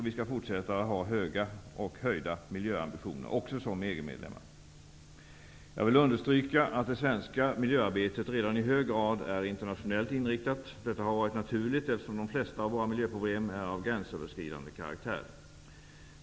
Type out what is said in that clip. Vi skall fortsätta ha höga och höjda miljöambitioner, också som EG-medlem. Jag vill understryka att det svenska miljöarbetet redan i hög grad är internationellt inriktat. Detta har varit naturligt, eftersom de flesta av våra miljöproblem är av gränsöverskridande karaktär.